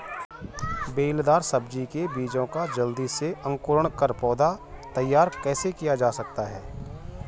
बेलदार सब्जी के बीजों का जल्दी से अंकुरण कर पौधा तैयार कैसे किया जा सकता है?